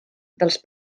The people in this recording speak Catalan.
dels